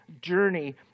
journey